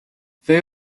they